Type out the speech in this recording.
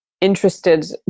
interested